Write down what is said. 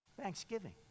Thanksgiving